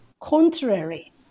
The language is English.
contrary